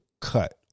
cut